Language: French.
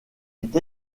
est